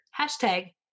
hashtag